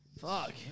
Fuck